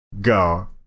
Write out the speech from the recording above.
go